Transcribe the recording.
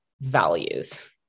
values